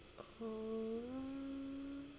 oh